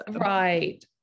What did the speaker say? Right